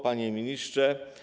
Panie Ministrze!